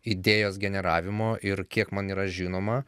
idėjos generavimo ir kiek man yra žinoma